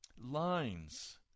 lines